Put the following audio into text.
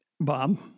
Bob